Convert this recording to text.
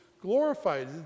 glorified